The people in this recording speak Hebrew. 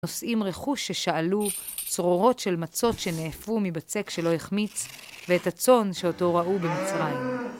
נושאים רכוש ששאלו, צרורות של מצות שנאפו מבצק שלא החמיץ, ואת הצאן שאותו רעו במצרים.